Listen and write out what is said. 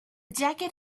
jacket